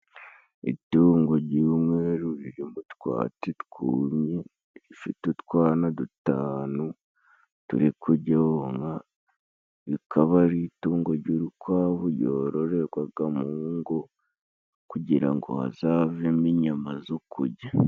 Itungo ry'umweru riri mu twatsi twumye rifite utwana dutanu turi kuryonka, rikaba ari itungo ry'urukwavu yororerwaga mu ngo kugira ngo hazavemo inyama zo kurya.